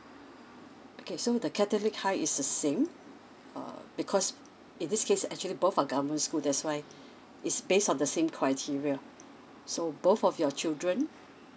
okay so the catholic high is the same err because in this case actually both are government school that's why it's based on the same criteria so both of your children